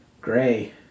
gray